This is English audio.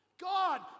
God